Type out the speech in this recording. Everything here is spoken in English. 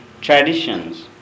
traditions